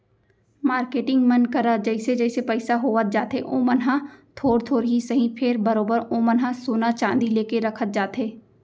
marketing मन करा जइसे जइसे पइसा होवत जाथे ओमन ह थोर थोर ही सही फेर बरोबर ओमन ह सोना चांदी लेके रखत जाथे